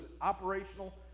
operational